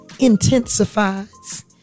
intensifies